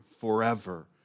forever